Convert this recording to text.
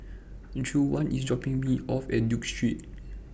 Juwan IS dropping Me off At Duke Street